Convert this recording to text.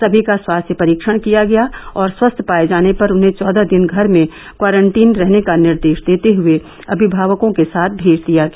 सभी का स्वास्थ्य परीक्षण किया गया और स्वस्थ पाए जाने पर उन्हें चौदह दिन घर में क्वारंटीन रहने का निर्देश देते हए अभिभावकों के साथ भेज दिया गया